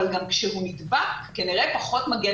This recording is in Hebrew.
אבל גם כשהוא נדבק כנראה פחות מגן